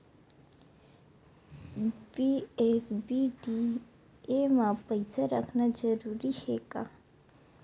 BSBDA मा पईसा रखना जरूरी हे का?